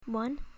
One